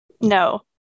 No